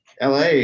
LA